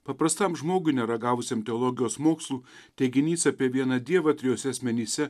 paprastam žmogui neragavusiam teologijos mokslų teiginys apie vieną dievą trijuose asmenyse